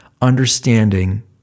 understanding